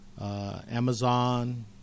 Amazon